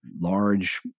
large